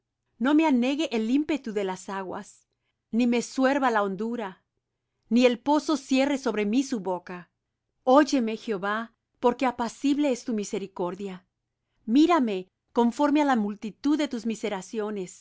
no me anegue el ímpetu de las aguas ni me suerba la hondura ni el pozo cierre sobre mí su boca oyeme jehová porque apacible es tu misericordia mírame conforme á la multitud de tus